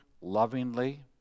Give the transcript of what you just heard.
lovingly